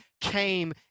came